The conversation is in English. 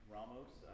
Ramos